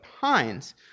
pines